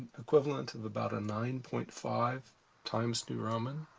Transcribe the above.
equivalent of about a nine point five times new roman.